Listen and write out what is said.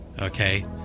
Okay